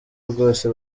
rwose